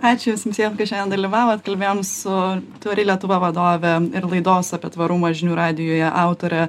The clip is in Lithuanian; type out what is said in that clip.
ačiū jums visiem kad šiandien dalyvavot kalbėjom su tvari lietuva vadove ir laidos apie tvarumą žinių radijuje autore